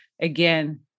again